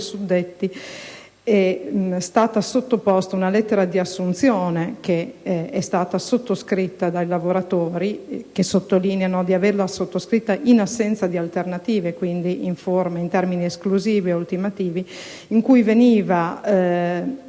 suddetti è stata sottoposta una lettera di assunzione, che è stata sottoscritta dai lavoratori (che sottolineano di averla sottoscritta in assenza di alternative, quindi in termini esclusivi e ultimativi), in cui veniva